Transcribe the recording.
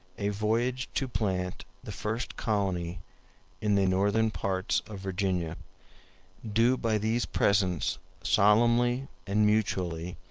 a voyage to plant the first colony in the northern parts of virginia do by these presents solemnly and mutually,